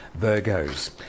Virgos